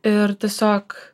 ir tiesiog